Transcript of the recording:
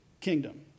kingdom